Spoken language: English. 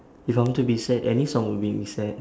if I want to be sad any song will make me sad